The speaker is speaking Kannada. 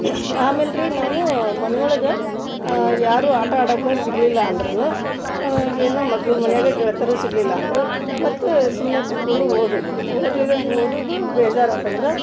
ಆಮೇಲೆ ರೀ ನಾವು ಮನೆ ಒಳ್ಗೆ ಯಾರೂ ಆಟ ಆಡಕ್ಕ ಸಿಗಲಿಲ್ಲ ಅಂದ್ರೂ ಏನೋ ಮಗ್ಲ ಮನೆಯಾಗ ಗೆಳತಿಯರು ಸಿಗಲಿಲ್ಲ ಅಂದ್ರೆ ಮತ್ತೆ ಸುಮ್ಮನೆ ಕೂತ್ಕೊಂಡು ಓದೋದು ಓದಿದ್ದೆ ಓದೋದು ಬೇಜಾರಾತಂದ್ರೆ